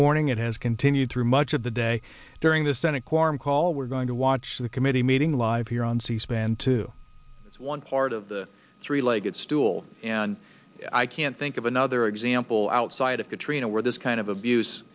morning it has continued through much of the day during the senate quorum call we're going to watch the committee meeting live here on c span two is one part of the three legged stool and i can't think of another example outside of katrina where this kind of abuse